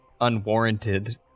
unwarranted